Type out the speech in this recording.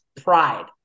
pride